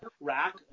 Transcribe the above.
rack